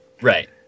Right